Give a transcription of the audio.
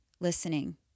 listening